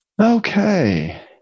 Okay